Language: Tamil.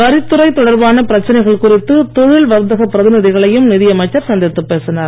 வரித்துறை தொடர்பான பிரச்னைகள் குறித்து தொழில் வர்த்தக பிரதிநிதிகளையும் நிதியமைச்சர் சந்தித்து பேசினார்